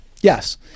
Yes